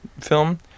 film